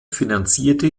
finanzierte